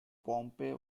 pompey